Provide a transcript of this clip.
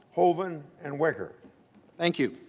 over and and where thank you